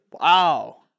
Wow